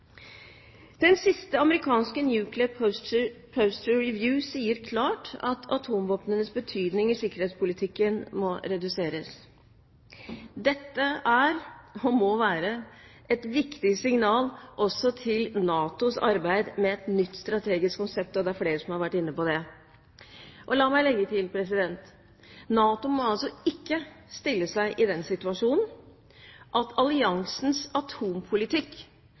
Den siste amerikanske «Nuclear Posture Review» sier klart at atomvåpnenes betydning i sikkerhetspolitikken må reduseres. Dette er og må være et viktig signal også til NATOs arbeid med et nytt strategisk konsept. Det er flere som har vært inne på det. La meg legge til: NATO må ikke stille seg i den situasjon at alliansens atompolitikk